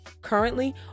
currently